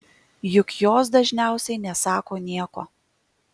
juk jos dažniausiai nesako nieko